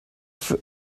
für